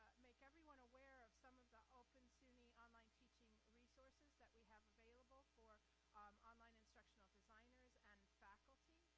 make everyone aware of some of the open suny online teaching resources that we have available for um online instructional designers and faculty.